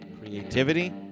creativity